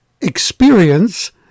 experience